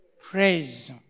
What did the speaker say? praise